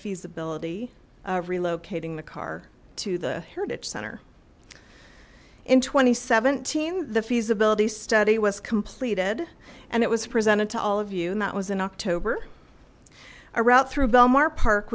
feasibility of relocating the car to the heritage center in twenty seventeen the feasibility study was completed and it was presented to all of you and that was in october a route through bellmawr park